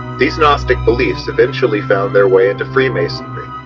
these gnostic beliefs eventually found their way into freemasonry.